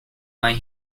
why